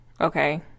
Okay